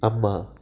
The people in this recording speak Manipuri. ꯑꯃ